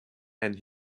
and